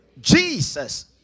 Jesus